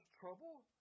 trouble